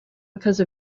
because